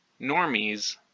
normies